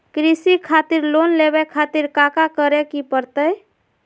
कृषि खातिर लोन लेवे खातिर काका करे की परतई?